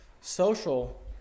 social